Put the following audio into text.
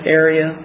area